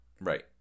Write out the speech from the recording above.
right